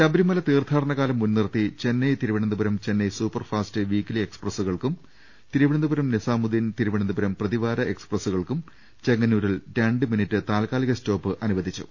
ശബരിമല തീർത്ഥാടനകാലം മുൻനിർത്തി Chennai Thiruvananthapuram Chennai super fast weekly എക്സ്പ്രസുകൾക്കും തിരുവനന്തപുരം നിസാമുദ്ദീൻ തിരുവനന്തപുരം പ്രതിവാര എക്സ്പ്രസുകൾക്കും ചെങ്ങന്നൂരിൽ രണ്ട് മിനിറ്റ് താൽക്കാലിക സ്റ്റോപ്പ് അനുവദിച്ചു